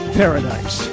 paradise